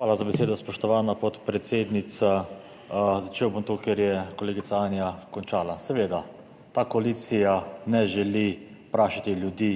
Hvala za besedo, spoštovana podpredsednica. Začel bom tu, kjer je kolegica Anja končala. Seveda ta koalicija ne želi vprašati ljudi